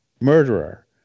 murderer